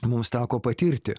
mums teko patirti